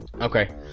Okay